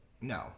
No